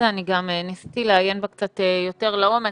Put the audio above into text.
אני גם ניסיתי לעיין בה קצת יותר לעומק.